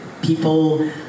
People